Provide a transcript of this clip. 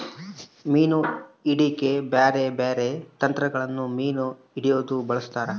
ಮೀನು ಹಿಡೆಕ ಬ್ಯಾರೆ ಬ್ಯಾರೆ ತಂತ್ರಗಳನ್ನ ಮೀನು ಹಿಡೊರು ಬಳಸ್ತಾರ